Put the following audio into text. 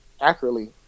accurately